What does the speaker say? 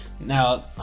Now